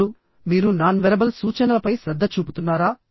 ఇప్పుడు మీరు non verbal సూచనలపై శ్రద్ధ చూపుతున్నారా